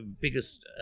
biggest